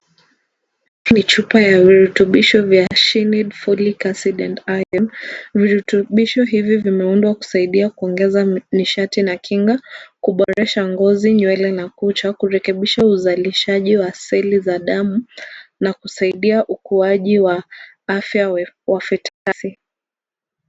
Hii ni chupa ya virutubisho vya SheNeed follic acid and iron . Virutubisho hivi vimeundwa kusaidia kuongeza nishati na kinga kubwa, kuboresha ngozi, nywele na kucha, kurekebisha uzalishaji wa seli za damu na kusaidia ukuaji wa afya wa fetasi .